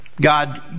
God